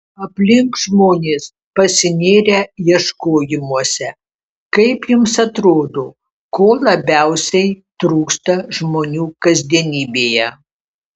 aplink žmonės pasinėrę ieškojimuose kaip jums atrodo ko labiausiai trūksta žmonių kasdienybėje